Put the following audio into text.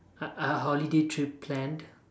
uh a holiday trip planned